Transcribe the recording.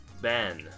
Ben